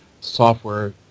software